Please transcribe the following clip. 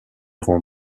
rangs